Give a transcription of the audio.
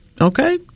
Okay